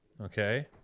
okay